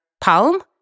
palm